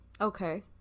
okay